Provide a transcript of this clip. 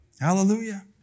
Hallelujah